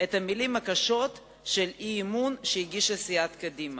את המלים הקשות של האי-אמון שהגישה סיעת קדימה.